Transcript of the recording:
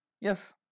Yes